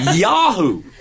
Yahoo